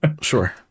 Sure